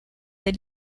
del